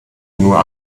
nur